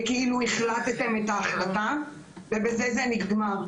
זה כאילו שהחלטתם את ההחלטה ובזה זה נגמר.